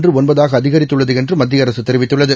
சதவீதம் ஒன்பதாக அதிகரித்துள்ளது என்றுமத்திய அரசுதெரிவித்துள்ளது